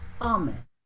Amen